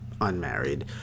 unmarried